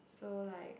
so like